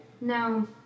No